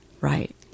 Right